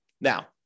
Now